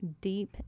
deep